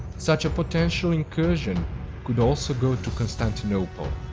such a potential incursion could also go to constantinople.